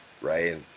right